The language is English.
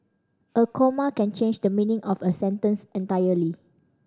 a comma can change the meaning of a sentence entirely